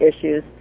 issues